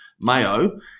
Mayo